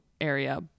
area